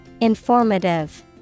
Informative